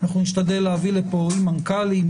אנחנו נשתדל להביא לפה מנכ"לים,